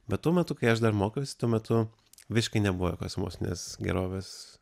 bet tuo metu kai aš dar mokiausi tuo metu visiškai nebuvo jokios emocinės gerovės